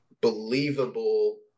believable